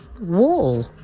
wall